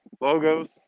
logos